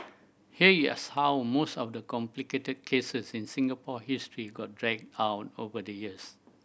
here is how most of the complicated cases in Singapore history got dragged out over the years